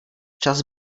čas